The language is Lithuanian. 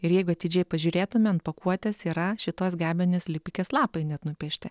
ir jeigu atidžiai pažiūrėtume ant pakuotės yra šitos gebenės lipikės lapai net nupiešti